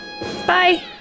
Bye